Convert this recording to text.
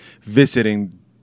visiting